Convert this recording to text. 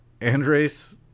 Andres